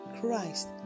Christ